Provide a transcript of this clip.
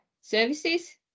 Services